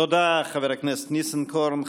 תודה, חבר הכנסת ניסנקורן.